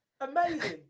Amazing